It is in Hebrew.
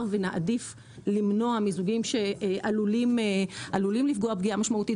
ונעדיף למנוע מיזוגים שעלולים לפגוע פגיעה משמעותית